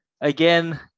again